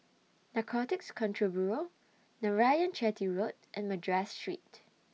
Narcotics Control Bureau Narayanan Chetty Road and Madras Street